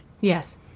Yes